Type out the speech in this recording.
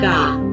God